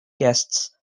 guests